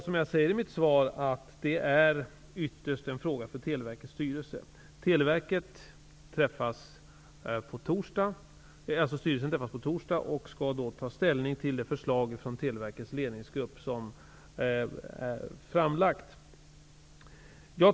Som jag säger i mitt svar är detta ytterst en fråga för Televerkets styrelse. Televerkets styrelse träffas på torsdag och skall då ta ställning till det förslag från Televerkets ledningsgrupp som är framlagt.